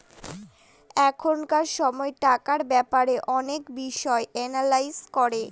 এখনকার সময় টাকার ব্যাপারে অনেক বিষয় এনালাইজ করে